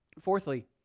Fourthly